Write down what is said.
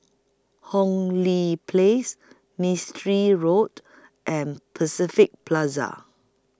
Hong Lee Place Mistri Road and Pacific Plaza